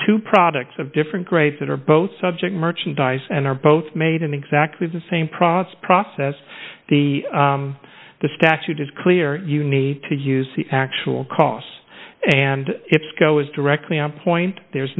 two products of different grades that are both subject merchandise and are both made in exactly the same process process the the statute is clear you need to use the actual costs and if go is directly on point there